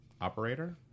operator